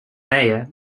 mayor